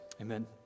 Amen